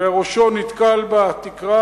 וראשו נתקל בתקרה.